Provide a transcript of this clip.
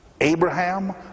Abraham